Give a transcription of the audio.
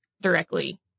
directly